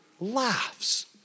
laughs